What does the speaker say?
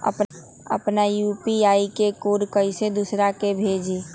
अपना यू.पी.आई के कोड कईसे दूसरा के भेजी?